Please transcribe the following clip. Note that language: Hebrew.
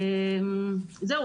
זהו.